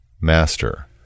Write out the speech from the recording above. Master